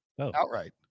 outright